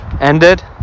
ended